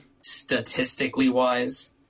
Statistically-wise